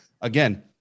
Again